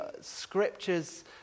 scriptures